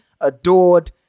adored